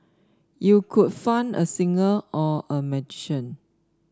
you could fund a singer or a magician